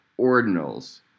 ordinals